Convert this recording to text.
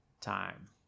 time